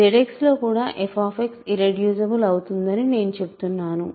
ZX లో కూడా f irreducible అవుతుందని నేను చెప్తున్నాను